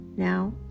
Now